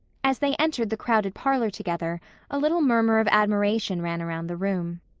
as they entered the crowded parlor together a little murmur of admiration ran around the room.